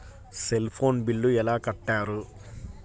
Cell phone bill ఎలా కట్టారు?